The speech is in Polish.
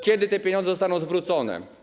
Kiedy te pieniądze zostaną zwrócone?